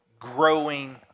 growing